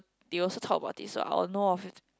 they also talk about it so I will know of